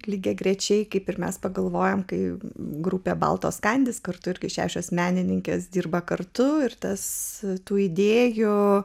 lygiagrečiai kaip ir mes pagalvojame kai grupė baltos kandys kartu ir šešios menininkės dirba kartu ir tas tų idėjų